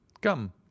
Come